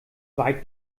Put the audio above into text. weit